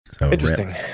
Interesting